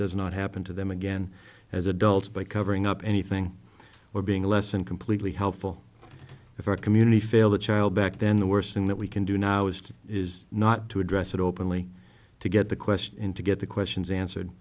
does not happen to them again as adults by covering up anything or being less than completely helpful if a community failed a child back then the worst thing that we can do now is to is not to address it openly to get the question in to get the questions answered